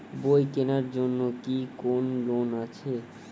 বই কেনার জন্য কি কোন লোন আছে?